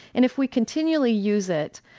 and if we continually use it,